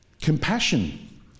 Compassion